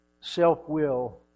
Self-will